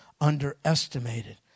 underestimated